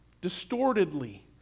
distortedly